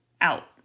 out